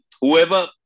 whoever